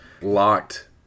locked